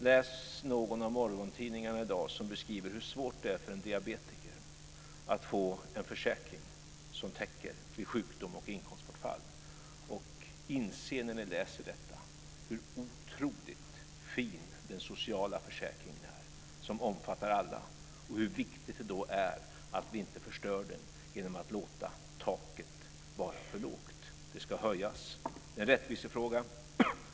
Läs någon av morgontidningarna i dag, som beskriver hur svårt det är för en diabetiker att få en försäkring som täcker vid sjukdom och inkomstbortfall, inse när ni läser detta hur otroligt fin den sociala försäkringen är som omfattar alla och inse hur viktigt det då är att vi inte förstör den genom att låta taket vara för lågt. Det ska höjas. Det är en rättvisefråga.